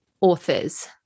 authors